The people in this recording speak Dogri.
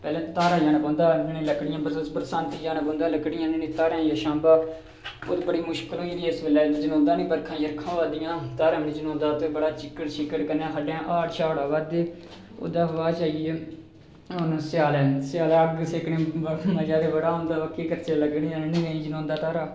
ते पैह्लें धारा जाना पौंदा बरसांती जाना पौंदा हा धारें दी छामां ते ओह् बड़ी मुश्कल होई हून ते जनोंदा गै नेईं बर्खा होई धारा निं जनोंदा कन्नै बर्खा पवा दी कन्नै खड्डें हाड़ आवा दे ते ओह्दे कशा बाद आई गेआ स्यालै अग्ग सेकने गी मज़ा ते बड़ा आंदा पर केह् करचै लकड़ियां जाने गी गै नेईं जनोंदा धारें